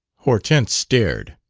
hortense stared.